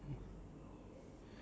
I would risk like every~